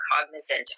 cognizant